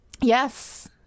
yes